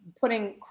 putting